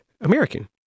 American